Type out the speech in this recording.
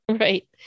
Right